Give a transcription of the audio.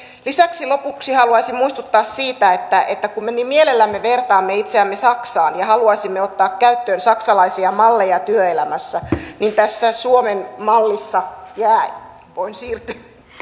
lisäksi lopuksi haluaisin muistuttaa siitä että että kun me niin mielellämme vertaamme itseämme saksaan ja haluaisimme ottaa käyttöön saksalaisia malleja työelämässä niin tässä suomen mallissa jää voin siirtyä